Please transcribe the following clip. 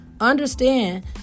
understand